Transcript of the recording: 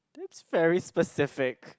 that's very specific